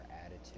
attitude